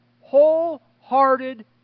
wholehearted